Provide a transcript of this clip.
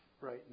right